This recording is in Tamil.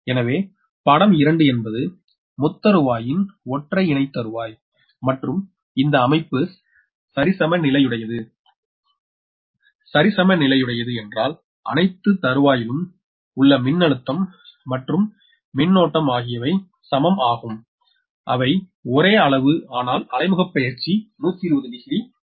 எனவே படம் 2 என்பது முத்தருவாயின் ஒற்றைஇணைத்தருவாய் மற்றும் இந்த அமைப்பு சரிசமநிலையுடையது சரிசமநிலையுடையது என்றால் அணைத்து தருவாயிலும் உள்ள மின்னழுத்தம் மற்றும் மின்னோட்டம் ஆகியவை சமம் ஆகும் அவை ஒரே அளவு ஆனால் அலைமுகப் பெயர்ச்சி 120 டிகிரி ஆகும்